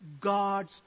God's